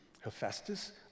Hephaestus